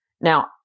Now